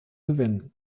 gewinnen